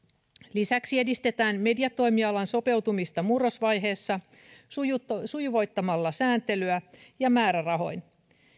lisäksi edistetään mediatoimialan sopeutumista murrosvaiheessa sujuvoittamalla sujuvoittamalla sääntelyä ja määrärahoin